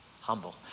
humble